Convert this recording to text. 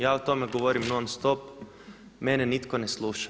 Ja o tome govorim non-stop, mene nitko ne sluša.